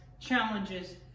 challenges